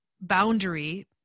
boundary